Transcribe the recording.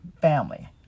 Family